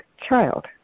child